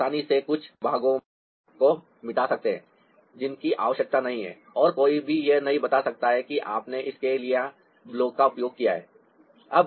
तो आप आसानी से कुछ भागों को मिटा सकते हैं जिनकी आवश्यकता नहीं है और कोई भी यह नहीं बता सकता है कि आपने इसके लिए ब्लॉक का उपयोग किया है